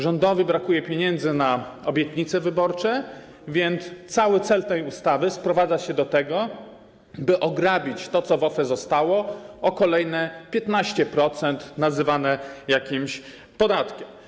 Rządowi brakuje pieniędzy na obietnice wyborcze, więc cały cel tej ustawy sprowadza się do tego, by ograbić to, co w OFE zostało, o kolejne 15% nazywane jakimś podatkiem.